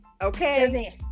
Okay